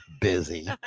busy